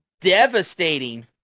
devastating